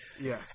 Yes